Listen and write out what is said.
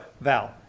Val